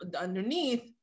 underneath